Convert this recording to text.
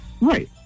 Right